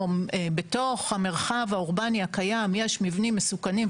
בתוך המרחב האורבני הקיים יש מבנים מסוכנים,